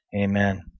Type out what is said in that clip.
amen